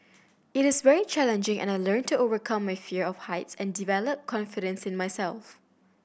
it is very challenging and I learnt to overcome my fear of heights and develop confidence in myself